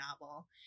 novel